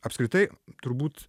apskritai turbūt